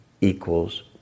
equals